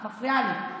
את מפריעה לי.